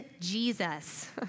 Jesus